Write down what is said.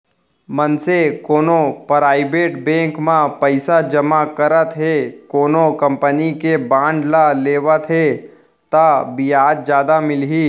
मनसे कोनो private bank म पइसा जमा करत हे कोनो कंपनी के बांड ल लेवत हे ता बियाज जादा मिलही